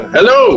Hello